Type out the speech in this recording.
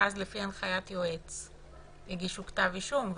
ואז לפי הנחיית יועץ יגישו כתב אישום,